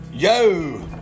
Yo